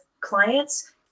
clients